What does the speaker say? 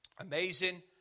Amazing